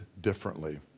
differently